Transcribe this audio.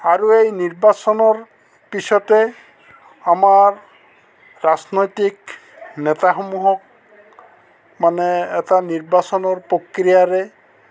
আৰু এই নিৰ্বাচনৰ পিছতে আমাৰ ৰাজনৈতিক নেতাসমূহক মানে এটা নিৰ্বাচনৰ প্ৰক্ৰিয়াৰে